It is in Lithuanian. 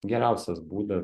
geriausias būdas